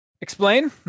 Explain